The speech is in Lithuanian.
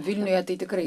vilniuje tai tikrai